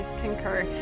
concur